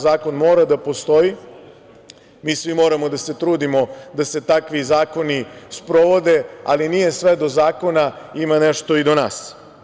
Zakon mora da postoji, mi svi moramo da se trudimo da se takvi zakoni sprovode, ali nije sve do zakona, ima nešto i do nas.